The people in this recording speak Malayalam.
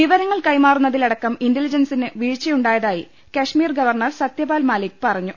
വിവരങ്ങൾ കൈമാറുന്നതിൽ അടക്കം ഇന്റലിജൻസിന് വീഴ്ചയുണ്ടായതായി കശ്മീർ ഗവർണർ സത്യപാൽ മാലിക് പറഞ്ഞു